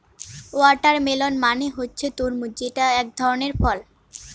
watermelon মানে হচ্ছে তরমুজ যেটা এক ধরনের ফল